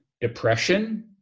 depression